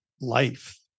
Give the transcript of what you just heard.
life